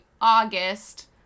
August